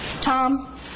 Tom